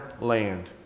land